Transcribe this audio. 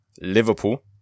Liverpool